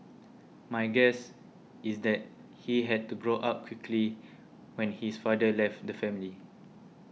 my guess is that he had to grow up quickly when his father left the family